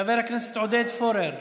חבר הכנסת עודד פורר,